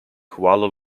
kuala